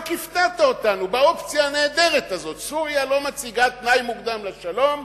רק הפתעת אותנו באופציה הנהדרת הזאת: סוריה לא מציבה תנאי מוקדם לשלום,